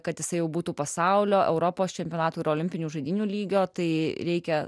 kad jisai būtų pasaulio europos čempionatų ir olimpinių žaidynių lygio tai reikia